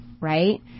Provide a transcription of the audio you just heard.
right